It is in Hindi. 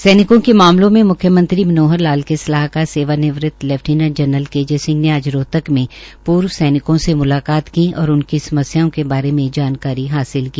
सैनिकों के मामलों में म्ख्यमंत्री मनोहर लाल के सलाहकार सेवानिवृत lieutenant general K J Singh ने आज रोहतक में पूर्व सैनिकों से मुलाकात की और उनकी समस्याओं के बारे में जानकारी हासिल की